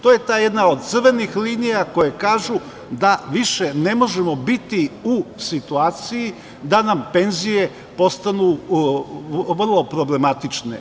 To je ta jedna od crvenih linija koje kažu da više ne možemo biti u situaciji da nam penzije postanu vrlo problematične.